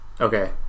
Okay